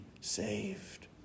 saved